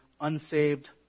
unsaved